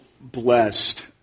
blessed